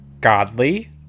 Godly